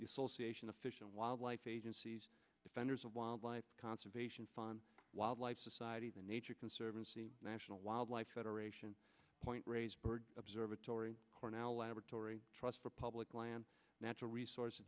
y fish and wildlife agencies defenders of wildlife conservation fund wildlife society the nature conservancy national wildlife federation point raised observatory cornell laboratory trust for public land natural resources